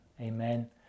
amen